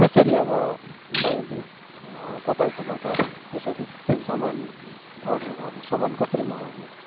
कसरी अब मैले तपाईँकोबाट त्यसरी सामान अर्डर गर्नु सामान कसरी मगाउनु